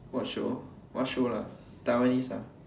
watch show what show lah Taiwanese ah